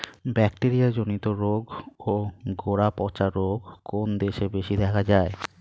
Bacteria জনিত রোগ ও গোড়া পচা রোগ কোন দেশে বেশি দেখা যায়?